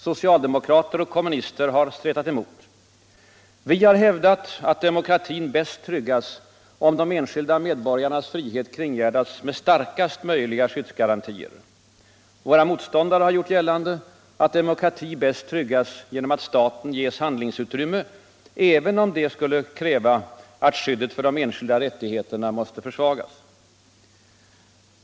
Socialdemokrater och kommunister har stretat emot. Vi har hävdat att demokratin bäst tryggas om de enskilda medborgarnas frihet kringgärdas med starkaste möjliga skyddsgarantier. Våra motståndare har gjort gällande att demokrati bäst tryggas genom att staten ges handlingsutrymme, även om detta skulle kräva att skyddet för de enskildas rättigheter måste försvagas.